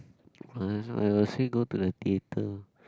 I will still go to the theatre